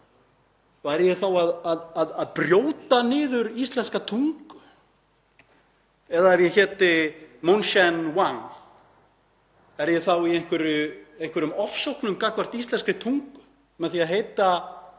Væri ég þá að brjóta niður íslenska tungu? Eða ef ég héti Moon-Cheng Wang? Er ég þá í einhverjum ofsóknum gagnvart íslenskri tungu með því að heita þessum ágætu